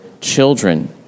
children